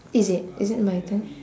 is it is it my turn